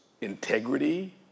integrity